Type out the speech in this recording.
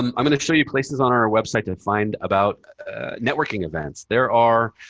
um i'm going to show you places on our website to find about networking events. there are